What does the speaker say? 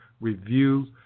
review